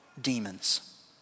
demons